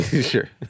Sure